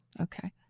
okay